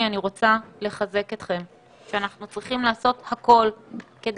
אני רוצה לחזק אתכם שאנחנו צריכים לעשות הכול כדי